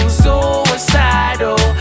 suicidal